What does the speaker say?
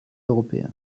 européens